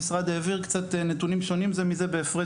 המשרד העביר קצת נתונים שונים זה מזה בהפרש